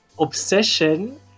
obsession